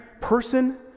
person